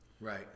right